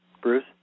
Bruce